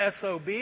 SOB